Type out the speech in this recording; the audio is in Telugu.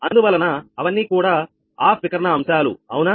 అందువలన అవన్నీ కూడా ఆఫ్ వికర్ణ అంశాలు అవునా